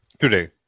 today